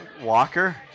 walker